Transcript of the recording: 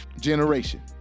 generation